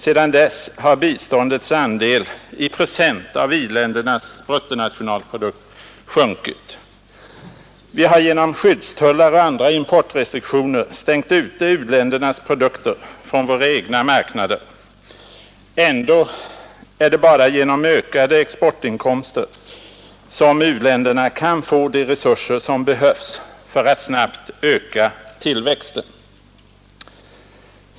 Sedan dess har biståndets andel i procent av i-ländernas bruttonationalprodukt sjunkit. Vi har genom skyddstullar och andra importrestriktioner stängt ute u-ländernas produkter från våra egna marknader. Ändå är det bara genom ökade exportinkomster som u-länderna kan få de resurser som behövs för att snabbt öka tillväxten.